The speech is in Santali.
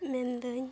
ᱢᱮᱱ ᱮᱫᱟᱹᱧ